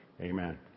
Amen